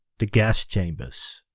the gas chambers,